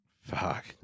Fuck